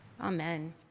Amen